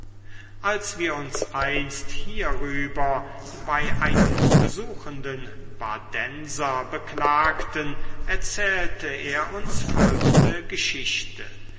als wir uns einst hierüber bei einem besuchenden badenser beklagten erzählte er uns folgende geschichte